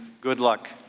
good luck.